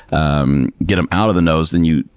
um get them out of the nose, then you,